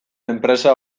enpresa